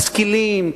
משכילים,